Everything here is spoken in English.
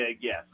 yes